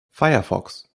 firefox